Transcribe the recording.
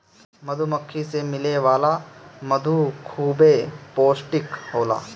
मधुमक्खी से मिले वाला मधु खूबे पौष्टिक होला